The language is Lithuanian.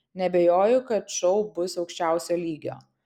neabejoju kad šou bus aukščiausio lygio